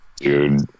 Dude